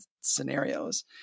scenarios